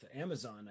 Amazon